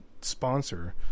sponsor